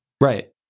Right